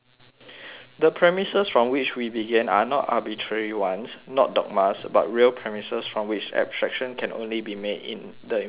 the premises from which we began are not arbitrary ones not dogmas but real premises from which abstraction can only be made in the imaginations